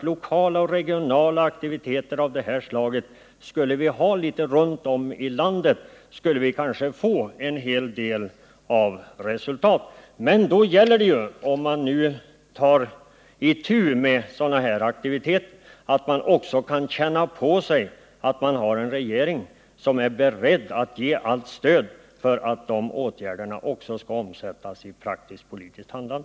Lokala och regionala aktiviteter av det här slaget borde vi ha litet runt om i landet. Då skulle vi kanske nå resultat. Men för att kunna ta itu med sådana aktiviteter gäller det att man kan känna att regeringen är beredd att ge allt stöd, så att åtgärderna också kan omsättas i praktiskt-politiskt handlande.